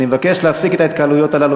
אני מבקש להפסיק את ההתקהלויות האלה.